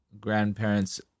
grandparents